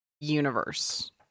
universe